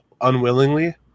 unwillingly